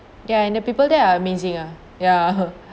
ya and the people there are amazing ah ya